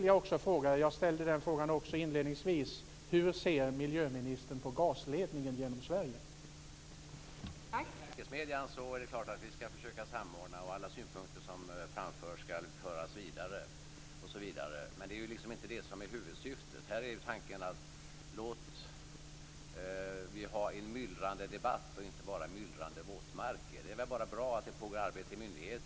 Jag ställde inledningsvis frågan hur miljöministern ser på gasledningen genom Sverige, och jag vill upprepa den frågan.